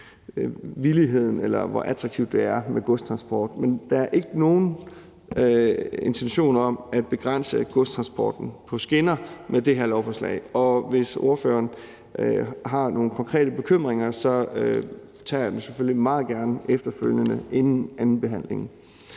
villigheden, eller hvor attraktivt det er med godstransport. Men der er ikke nogen intentioner om at begrænse godstransporten på skinner med det her lovforslag, og hvis ordføreren har nogle konkrete bekymringer, tager vi dem selvfølgelig meget gerne efterfølgende inden andenbehandlingen.